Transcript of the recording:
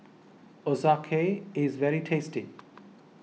is very tasty